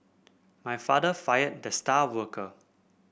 my father fired the star worker